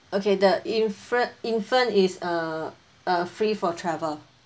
okay the infran~ infant is uh uh free for travel